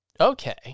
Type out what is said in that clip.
Okay